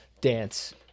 dance